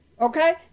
Okay